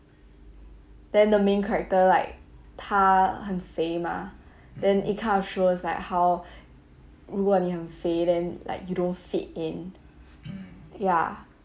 then the main character like 他很肥嘛 then it kind of shows like how 如果你很肥 then like you don't fit in ya